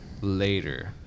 later